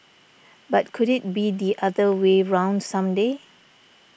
but could it be the other way round some day